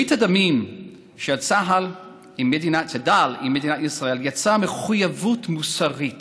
ברית הדמים של צד"ל עם מדינת ישראל יצרה מחויבות מוסרית